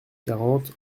quarante